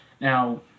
Now